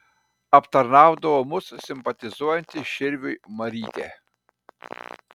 aptarnaudavo mus simpatizuojanti širviui marytė